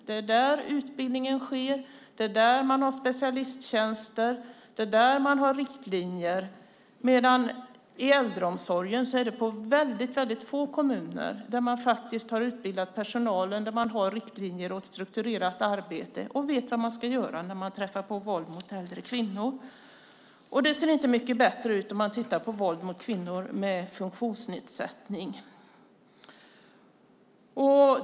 Det är där utbildningen sker, det är där man har specialisttjänster och det är där man har riktlinjer, medan det inom äldreomsorgen är väldigt få kommuner där man har utbildat personalen, har riktlinjer och ett strukturerat arbete och vet vad man ska göra när man träffar på våld mot äldre kvinnor. Det ser inte mycket bättre ut om man tittar på våld mot kvinnor med funktionsnedsättning.